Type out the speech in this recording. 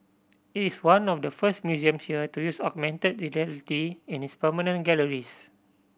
it is one of the first museum here to use augmented reality in its permanent galleries